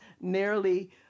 nearly